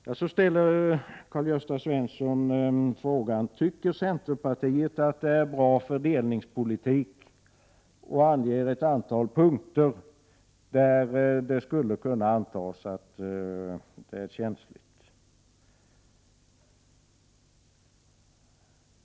Karl-Gösta Svenson ställer sedan frågan om centerpartiet tycker att ett antal punkter som han anger och som skulle kunna antas vara känsliga är exempel på bra fördelningspolitik.